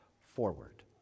forward